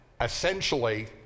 essentially